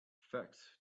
facts